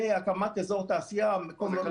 זה הקמת אזור תעשייה וכל מיני מקומות.